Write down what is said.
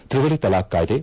ತ್ರಿವಳಿ ತಲಾಖ್ ಕಾಯ್ದೆ